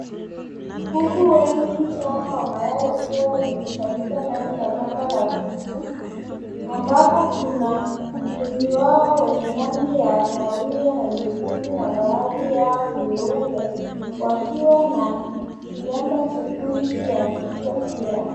Kuku wengi sana wa mayai wakiwa wamekusanyika ndani ya banda la kuku ambapo kuna wengi wao wenye rangi ya kahawia na nyekundu na baadhi yao ni weupe wakiwa na kilemba chekundu juu ya vichwa vyao.